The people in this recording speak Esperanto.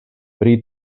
pri